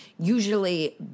usually